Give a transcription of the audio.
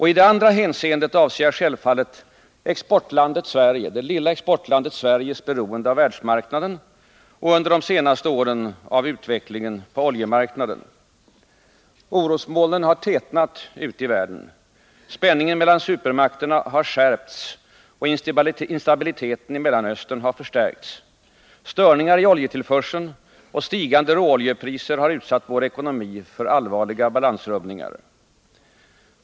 I det andra hänseendet avser jag självfallet det lilla exportlandet Sveriges beroende av världsmarknaden och — under de senaste åren — av utvecklingen på oljemarknaden. Orosmolnen har tätnat ute i världen. Spänningen mellan supermakterna har skärpts, och instabiliteten i Mellanöstern har förstärkts. Störningar i oljetillförseln och stigande råoljepriser har utsatt vår ekonomi för allvarliga balansrubbningar.